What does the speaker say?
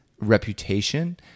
Reputation